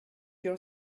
your